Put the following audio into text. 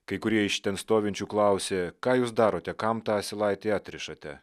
kai kurie iš ten stovinčių klausė ką jūs darote kam tą asilaitį atrišate